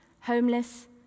homeless